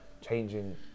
changing